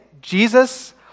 Jesus